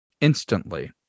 instantly